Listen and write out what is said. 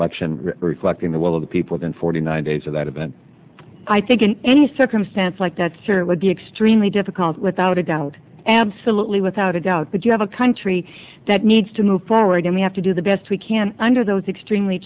election reflecting the will of the people in forty nine days of that event i think in any circumstance like that sir it would be extremely difficult without a doubt absolutely without a doubt but you have a country that needs to move forward and we have to do the best we can under those extremely